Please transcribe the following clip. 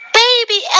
baby